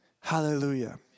Hallelujah